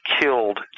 killed